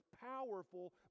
powerful